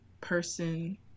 person